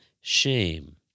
shame